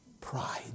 pride